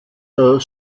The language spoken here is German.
der